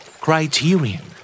criterion